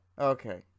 Okay